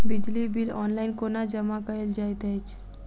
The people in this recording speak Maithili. बिजली बिल ऑनलाइन कोना जमा कएल जाइत अछि?